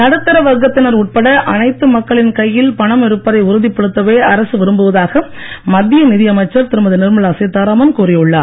நடுத்தர வர்க்கத்தினர் உட்பட அனைத்து மக்களின் கையில் பணம் இருப்பதை உறுதிப்படுத்தவே அரசு விரும்புவதாக மத்திய நிதி அமைச்சர் திருமதி நிர்மலா சீதாராமன் கூறியுள்ளார்